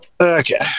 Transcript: Okay